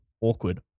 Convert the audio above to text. awkward